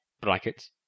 brackets